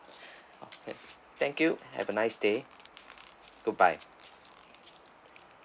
thank you have a nice day goodbye